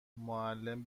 معلم